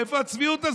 מאיפה הצביעות הזאת?